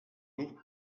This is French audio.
nous